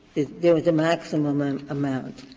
there was a maximum and amount,